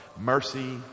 Mercy